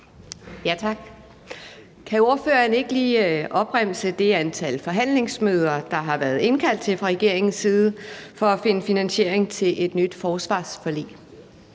Kan ordføreren ikke lige opremse det antal forhandlingsmøder, der har været indkaldt til fra regeringens side for at finde finansiering til et nyt forsvarsforlig?